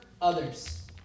Others